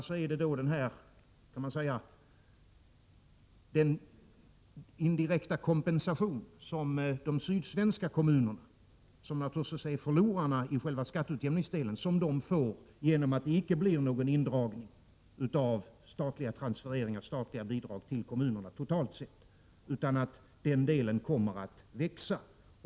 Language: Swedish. För det andra blir det en indirekt kompensation för de sydsvenska kommunerna, vilka är förlorarna i själva skatteutjämningsdelen, genom att det icke blir någon indragning av statliga transfereringar, statliga bidrag till kommunerna totalt sett, utan den delen kommer att växa.